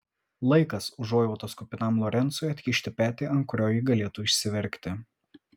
laikas užuojautos kupinam lorencui atkišti petį ant kurio ji galėtų išsiverkti